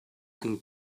and